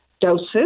doses